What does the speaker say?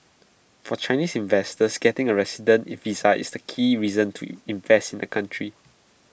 for Chinese investors getting A resident visa is the key reason to invest in the country